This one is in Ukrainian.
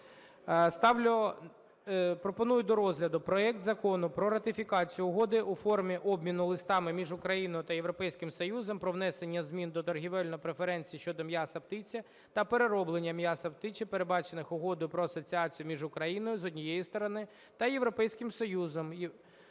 Пропоную до розгляду проект Закону про ратифікацію Угоди у формі обміну листами між Україною та Європейським Союзом про внесення змін до торговельних преференцій щодо м'яса птиці та переробленого м'яса птиці, передбачених Угодою про асоціацію між Україною, з однієї сторони, та Європейським Союзом,